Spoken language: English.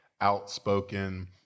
outspoken